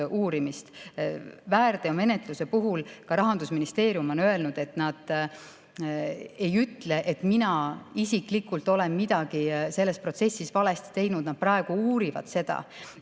Väärteomenetluse puhul ka Rahandusministeerium on öelnud, et nad ei ütle, et mina isiklikult olen midagi selles protsessis valesti teinud, nad praegu uurivad seda.